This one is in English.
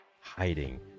hiding